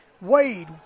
Wade